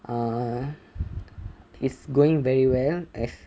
uh its going very well as